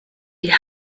die